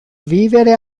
vivere